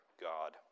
God